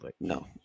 No